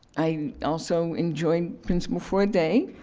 i also enjoyed principal for a day.